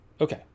Okay